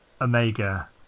Omega